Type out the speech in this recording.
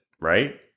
right